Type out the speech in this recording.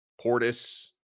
portis